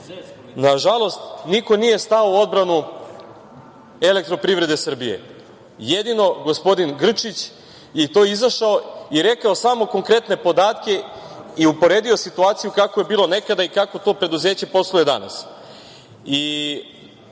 nažalost, niko nije stao u odbranu Elektroprivrede Srbije, jedino gospodin Grčić, i to izašao i rekao samo konkretne podatke i uporedio situaciju kako je bilo nekada i kako to preduzeće posluje danas. Ovu